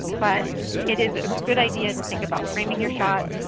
but it is a good idea to think about framing your shots.